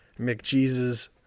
McJesus